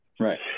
Right